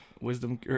wisdom